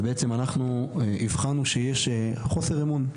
אז בעצם אנחנו הבחנו שיש חוסר אמון.